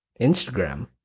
Instagram